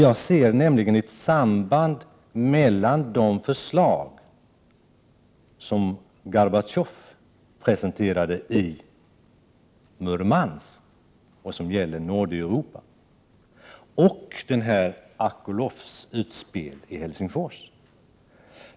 Jag ser nämligen ett samband mellan de förslag som Gorbatjov presenterade i Murmansk och som gäller Nordeuropa och Akolovs utspel i Helsingfors.